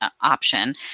Option